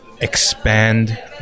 expand